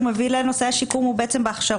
שמביא לנו נושא השיקום הוא בהכשרות.